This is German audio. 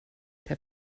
der